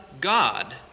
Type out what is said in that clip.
God